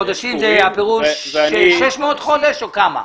חודשים, אלה 600 חודשים או כמה?